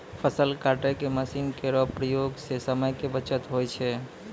फसल काटै के मसीन केरो प्रयोग सें समय के बचत होय छै